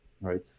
Right